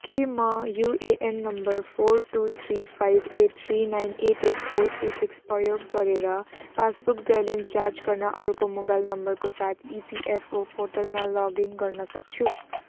के म UAN number four two three five eight three nine eight eight four three six प्रयोग गरेर passbook balance जाँच गर्न अर्को मोबाइल नम्बरको साथ इपिएफओ पोर्टलमा लगइन गर्नसक्छु